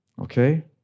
Okay